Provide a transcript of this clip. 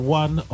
one